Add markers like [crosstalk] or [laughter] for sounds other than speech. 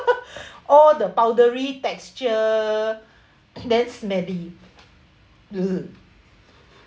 all the powdery texture damn smelly [noise]